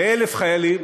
ו-1,000 חיילים,